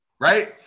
right